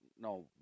No